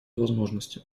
возможности